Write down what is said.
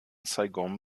saigon